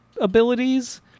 abilities